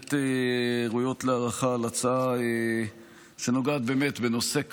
בהחלט ראויות להערכה על הצעה שנוגעת באמת בנושא כאוב,